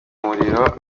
muriro